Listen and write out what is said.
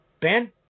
Ben